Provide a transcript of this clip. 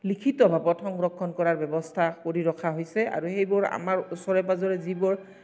লিখিত ভাৱত সংৰক্ষণ কৰাৰ ব্যৱস্থা কৰি ৰখা হৈছে আৰু সেইবোৰ আমাৰ ওচৰে পাজৰে যিবোৰ